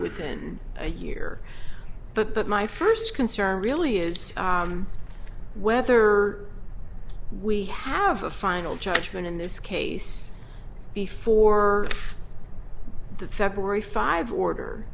within a year but that my first concern really is whether we have a final judgment in this case before the february five order